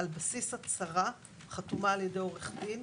על בסיס הצהרה חתומה על ידי עורך דין,